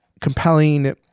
compelling